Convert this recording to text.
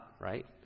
right